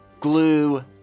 glue